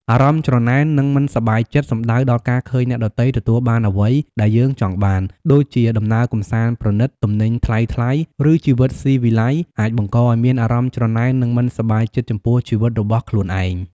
អារម្មណ៍ច្រណែន និងមិនសប្បាយចិត្ត សំដៅដល់ការឃើញអ្នកដទៃទទួលបានអ្វីដែលយើងចង់បាន ដូចជាដំណើរកម្សាន្តប្រណីត ទំនិញថ្លៃៗ ឬជីវិតស៊ីវិល័យ អាចបង្កឱ្យមានអារម្មណ៍ច្រណែន និងមិនសប្បាយចិត្តចំពោះជីវិតរបស់ខ្លួនឯង។